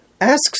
Asks